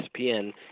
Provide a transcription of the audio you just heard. ESPN